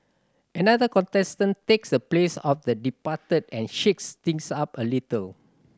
another contestant takes the place of the departed and shakes things up a little